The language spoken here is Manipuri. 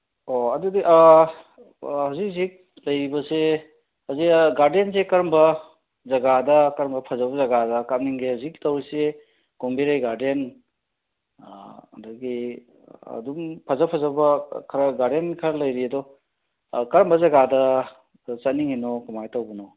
ꯑꯣ ꯑꯗꯨꯗꯤ ꯍꯧꯖꯤꯛ ꯍꯩꯖꯤꯛ ꯂꯩꯔꯤꯕꯁꯦ ꯍꯧꯖꯤꯛ ꯒꯥꯔꯗꯦꯟꯁꯦ ꯀꯔꯝꯕ ꯖꯒꯥꯗ ꯀꯔꯝꯕ ꯐꯖꯕ ꯖꯒꯥꯗ ꯀꯥꯞꯅꯤꯡꯒꯦ ꯍꯧꯖꯤꯛ ꯇꯧꯔꯤꯁꯦ ꯀꯣꯝꯕꯤꯔꯩ ꯒꯥꯔꯗꯦꯟ ꯑꯗꯨꯗꯒꯤ ꯑꯗꯨꯝ ꯐꯖ ꯐꯖꯕ ꯈꯔ ꯒꯥꯔꯗꯦꯟ ꯈꯔ ꯂꯩꯔꯤ ꯑꯗꯣ ꯀꯔꯝꯕ ꯖꯒꯥꯗ ꯆꯠꯅꯤꯡꯉꯤꯅꯣ ꯀꯃꯥꯏꯅ ꯇꯧꯕꯅꯣ